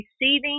receiving